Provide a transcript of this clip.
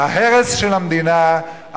ההרס של המדינה,